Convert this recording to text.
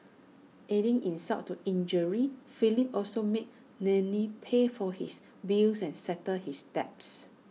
adding insult to injury Philip also made Nellie pay for his bills and settle his debts